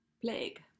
plague